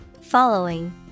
Following